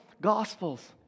gospels